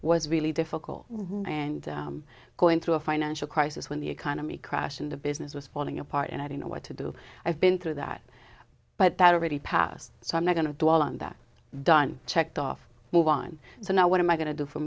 was really difficult and going through a financial crisis when the economy crash and the business was falling apart and i don't know what to do i've been through that but that already passed so i'm not going to dwell on that done checked off move on so now what am i going to do for